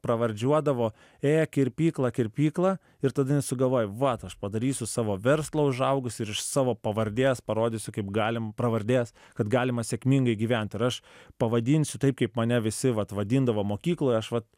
pravardžiuodavo ė kirpykla kirpykla ir tada jinai sugalvojo vat aš padarysiu savo verslą užaugusi ir iš savo pavardės parodysiu kaip galim pravardės kad galima sėkmingai gyvent ir aš pavadinsiu taip kaip mane visi vat vadindavo mokykloj aš vat